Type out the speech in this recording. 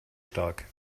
stark